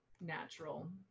natural